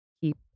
Keep